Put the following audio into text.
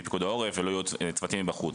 מפיקוד העורף ולא יהיו צוותים מבחוץ.